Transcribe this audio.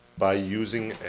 by using,